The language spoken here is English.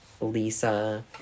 Lisa